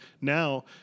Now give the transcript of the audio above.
now